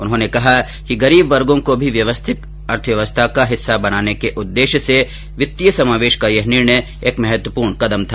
उन्होंने कहा कि गरीब वर्गों को भी व्यवस्थित अर्थव्यवस्था का हिस्सा बनाने के उद्देश्य से वित्तीय समावेश का यह निर्णय एक महत्वपूर्ण कदम था